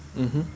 mmhmm